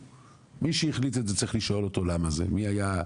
מי שהחליט את זה צריך לשאול אותו למה זה,